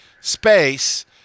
space